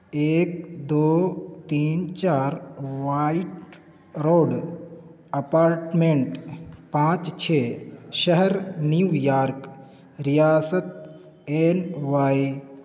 ایک دو تین چار وائٹ روڈ اپارٹمنٹ پانچ چھ شہر نیو یارک ریاست این وائی